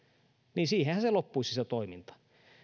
niin siihenhän se toiminta